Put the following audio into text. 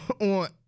on